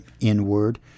inward